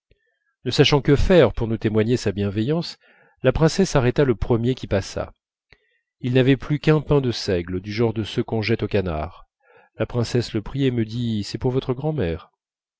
ne sachant que faire pour nous témoigner sa bienveillance la princesse arrêta le premier qui passa il n'avait plus qu'un pain de seigle du genre de ceux qu'on jette aux canards la princesse le prit et me dit c'est pour votre grand'mère